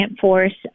force